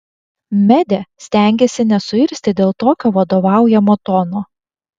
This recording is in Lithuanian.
medė stengėsi nesuirzti dėl tokio vadovaujamo tono